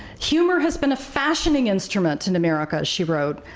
humor has been a fashioning instrument in america, she wrote,